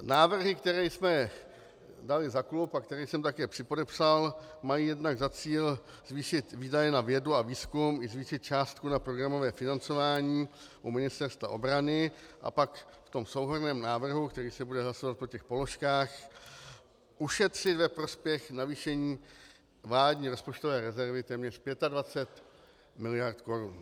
Návrhy, které jsme dali za klub a které jsem také připodepsal, mají jednak za cíl zvýšit výdaje na vědu a výzkum i zvýšit částku na programové financování u Ministerstva obrany, a pak v tom souhrnném návrhu, který se bude hlasovat po těch položkách, ušetřit ve prospěch navýšení vládní rozpočtové rezervy téměř 25 miliard korun.